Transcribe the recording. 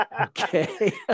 Okay